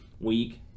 week